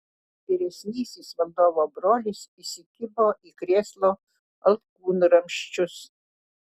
vyresnysis valdovo brolis įsikibo į krėslo alkūnramsčius